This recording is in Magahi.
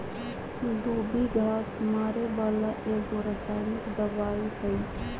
दुभी घास मारे बला एगो रसायनिक दवाइ हइ